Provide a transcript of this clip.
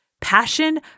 passion